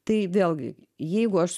tai vėlgi jeigu aš